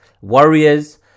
Warriors